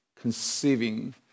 conceiving